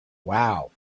wow